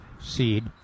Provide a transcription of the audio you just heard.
seed